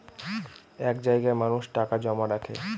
এক জায়গায় মানুষ টাকা জমা রাখে